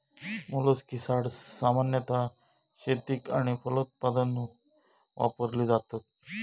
मोलस्किसाड्स सामान्यतः शेतीक आणि फलोत्पादन वापरली जातत